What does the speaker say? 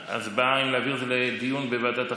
ההצבעה היא אם להעביר לדיון בוועדת החינוך.